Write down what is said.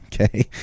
okay